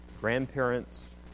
grandparents